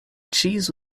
cheese